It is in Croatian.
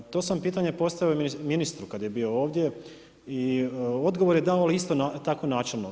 To sam pitanje postavio ministru kada je bio ovdje i odgovor je dao isto tako načelno.